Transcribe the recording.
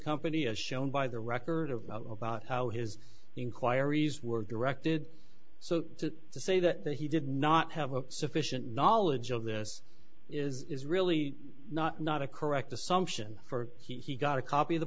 company as shown by the record of about how his inquiries were directed so to say that he did not have sufficient knowledge of this is really not not a correct assumption for he got a copy of the